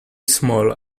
small